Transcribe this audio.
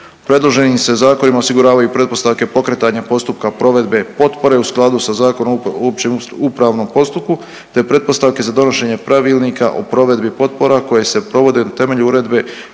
Predloženim se zakonom osiguravaju i pretpostavke pokretanja postupka provedbe potpore u skladu sa Zakonom o općem upravnom postupku te pretpostavke za donošenje pravilnika o provedbi potpora koje se provode na temelju Uredbe